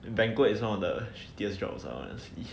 banquet is one of the shittiest jobs lah honestly